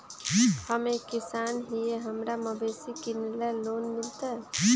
हम एक किसान हिए हमरा मवेसी किनैले लोन मिलतै?